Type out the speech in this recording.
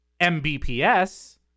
mbps